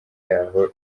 y’aho